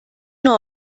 nur